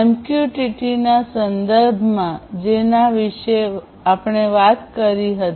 એમક્યુટીટીના સંદર્ભમાં જેની વિશે આપણે વાત કરી હતી